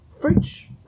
fridge